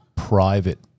private